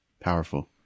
powerful